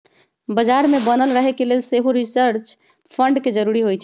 बजार में बनल रहे के लेल सेहो रिसर्च फंड के जरूरी होइ छै